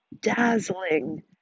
dazzling